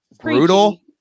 brutal